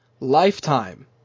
Lifetime